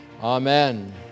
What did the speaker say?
Amen